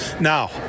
Now